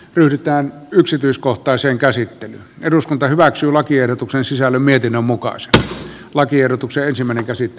pyritään yksityiskohtaisen käsitteen eduskunta hyväksyy lakiehdotukseen sisälly mietinnön mukaan sekä lakiehdotukseen silmänä käsite